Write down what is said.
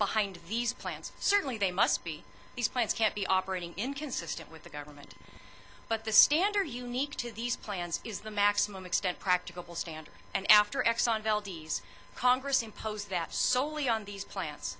behind these plans certainly they must be these plans can't be operating inconsistent with the government but the standard unique to these plans is the maximum extent practicable standard and after exxon valdez congress imposed that solely on these plants